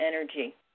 energy